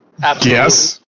Yes